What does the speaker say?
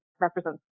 represents